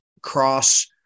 cross